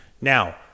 Now